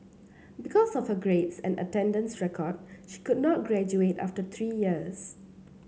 because of her grades and attendance record she could not graduate after three years